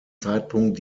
zeitpunkt